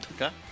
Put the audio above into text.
Okay